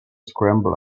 scramble